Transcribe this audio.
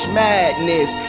madness